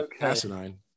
asinine